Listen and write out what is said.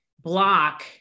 block